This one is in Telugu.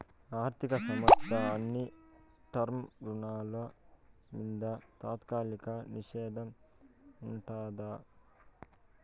ఆర్థిక సంస్థల అన్ని టర్మ్ రుణాల మింద తాత్కాలిక నిషేధం ఉండాదట